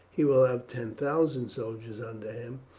he will have ten thousand soldiers under him,